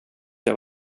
jag